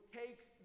takes